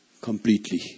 completely